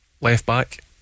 left-back